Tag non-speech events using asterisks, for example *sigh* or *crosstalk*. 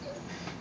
*noise*